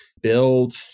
Build